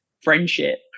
friendship